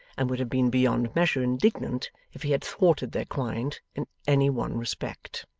and would have been beyond measure indignant if he had thwarted their client in any one respect.